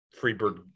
freebird